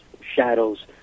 shadows